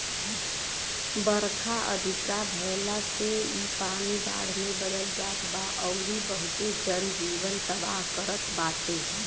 बरखा अधिका भयला से इ पानी बाढ़ में बदल जात बा अउरी बहुते जन जीवन तबाह करत बाटे